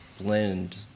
blend